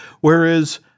Whereas